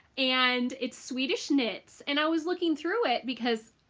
and it's swedish knits and i was looking through it because,